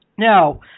Now